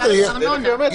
ארנונה.